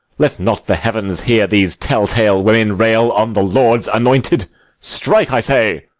let not the heavens hear these tell-tale women rail on the lord's anointed strike, i say!